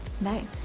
Nice